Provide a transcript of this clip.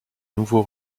nouveau